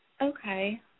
Okay